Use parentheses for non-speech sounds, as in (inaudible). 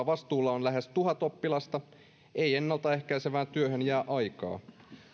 (unintelligible) vastuulla on lähes tuhat oppilasta ei ennalta ehkäisevään työhön jää aikaa